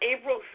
April